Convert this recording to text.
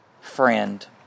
friend